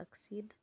succeed